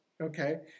okay